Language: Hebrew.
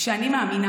שאני מאמינה